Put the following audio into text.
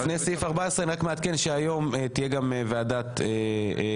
לפני סעיף 14 אני רק מעדכן שהיום תהיה גם ועדת כנסת,